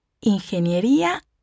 ingeniería